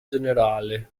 generale